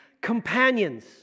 companions